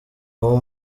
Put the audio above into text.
uwo